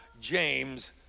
James